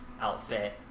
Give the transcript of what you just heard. outfit